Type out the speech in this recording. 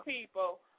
people